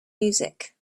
music